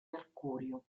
mercurio